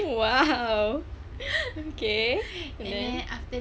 !wow! okay then